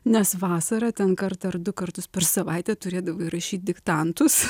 nes vasarą ten kartą ar du kartus per savaitę turėdavai rašyt diktantus